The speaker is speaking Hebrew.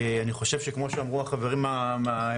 אני חושב שכמו שאמרו החברים מהמשרד